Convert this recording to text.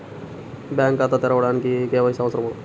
Bank ఖాతా తెరవడానికి KYC అవసరమా?